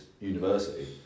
university